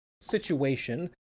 situation